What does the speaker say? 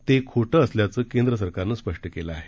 ते खोटं असल्याचं केंद्र सरकारनं स्पष्ट केलं आहे